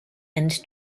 and